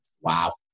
wow